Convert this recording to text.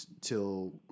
till